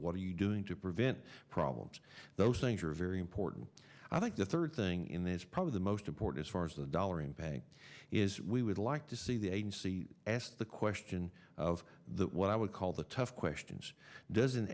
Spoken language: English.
what are you doing to prevent problems those things are very important i think the third thing in this probably the most important as far as the dollar bank is we would like to see the agency asked the question of the what i would call the tough questions does an